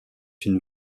une